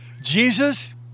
Jesus